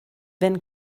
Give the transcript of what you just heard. wenn